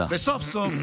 וסוף-סוף,